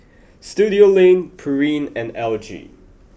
Studioline Pureen and L G